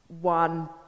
one